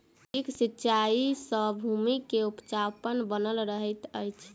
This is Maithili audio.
ठीक सिचाई सॅ भूमि के उपजाऊपन बनल रहैत अछि